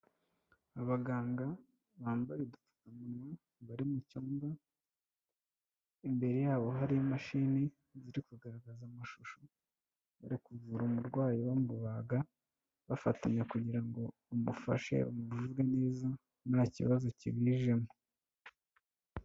Abaganga bambaye udupfukamuwa bari mucyumba imbere yabo hari imashini ziri kugaragaza amashusho bari kuvura umurwayi bamubaga bafatanya kugira ngo bamufashe bamuvure neza nta kibazo kibijemo.